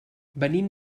venim